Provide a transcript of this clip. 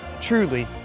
truly